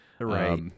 right